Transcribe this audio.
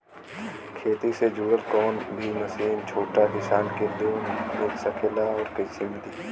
खेती से जुड़ल कौन भी मशीन छोटा किसान के लोन मिल सकेला और कइसे मिली?